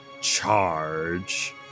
charge